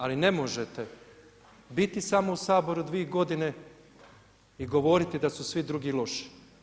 Ali ne možete biti samo u Saboru dvije godine i govoriti da su svi drugi loši.